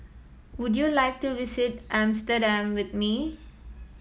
would you like to visit Amsterdam with me